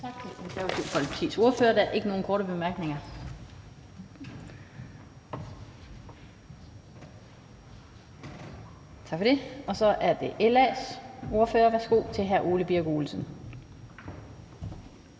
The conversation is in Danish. bemærkninger. Så er det LA's ordfører. Værsgo til hr. Ole Birk Olesen.